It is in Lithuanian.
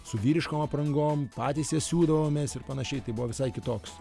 su vyriškom aprangom patys jas siūdavomės ir panašiai tai buvo visai kitoks